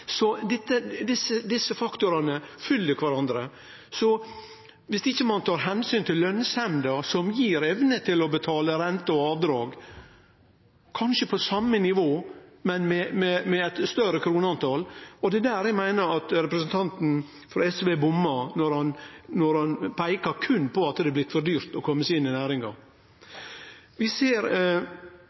så desse faktorane følgjer kvarandre. Så ein må ta omsyn til lønsemda som gir evne til å betale renter og avdrag, kanskje på same nivå, men med eit større kronetal. Det er der eg meiner at representanten frå SV bommar når han berre peiker på at det har blitt for dyrt å kome seg inn i næringa. Vi ser